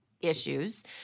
Issues